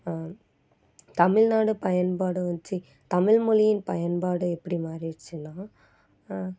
தமிழ் நாடு பயன்பாடு வெச்சு தமிழ் மொழியின் பயன்பாடு எப்படி மாறிடுச்சின்னா